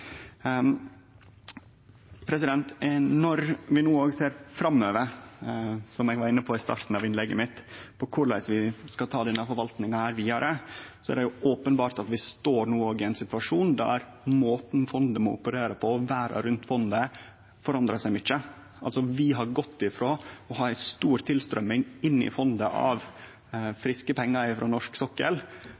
som eg var inne på i starten av innlegget mitt – er det openbert at vi no står i ein situasjon der måten fondet må operere på, og verda rundt fondet, forandrar seg mykje. Vi har hatt ei stor tilstrømming inn i fondet av friske pengar frå norsk sokkel.